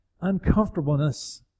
uncomfortableness